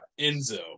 Enzo